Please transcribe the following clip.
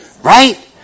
Right